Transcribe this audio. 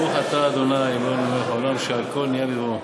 ברוך אתה ה' אלוהינו מלך העולם שהכול נהיה בדברו.